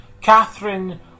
Catherine